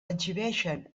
exhibeixen